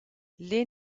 les